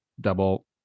double